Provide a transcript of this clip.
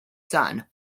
son